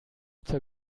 zur